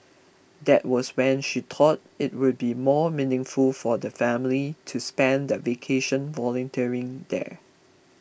that was when she thought it would be more meaningful for the family to spend their vacation volunteering there